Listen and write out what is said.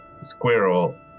Squirrel